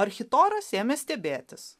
architoras ėmė stebėtis